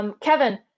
Kevin